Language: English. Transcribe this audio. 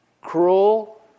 cruel